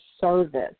service